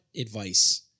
advice